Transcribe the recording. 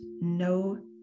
no